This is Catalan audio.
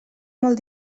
molt